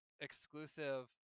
exclusive